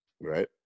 Right